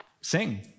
sing